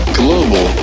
global